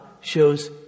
shows